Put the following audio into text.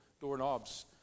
doorknobs